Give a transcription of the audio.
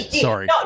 Sorry